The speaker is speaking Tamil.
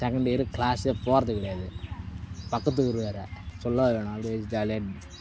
செகண்ட் இயர் கிளாஸ்ஸே போவது கிடையாது பக்கத்து ஊர் வேறு சொல்லவா வேணும் அப்படியே ஜாலியாக இருந்துச்சு